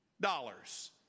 dollars